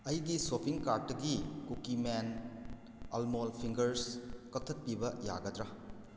ꯑꯩꯒꯤ ꯁꯣꯞꯄꯤꯡ ꯀꯥꯔꯠꯇꯒꯤ ꯀꯨꯀꯤꯃꯦꯟ ꯑꯜꯃꯣꯟ ꯐꯤꯡꯒꯔꯁ ꯀꯛꯊꯠꯄꯤꯕ ꯌꯥꯒꯗ꯭ꯔꯥ